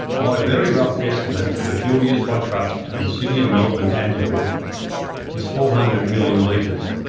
my very rough estimate of the fuel used by trucks between sydney and melbourne annually is four hundred million litres,